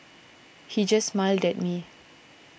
he just smiled at me